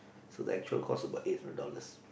so the actual cost about eight hundred dollars